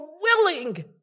willing